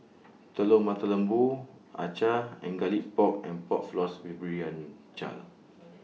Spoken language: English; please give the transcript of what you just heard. Telur Mata Lembu Acar and Garlic Pork and Pork Floss with Brinjal